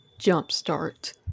Jumpstart